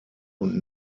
und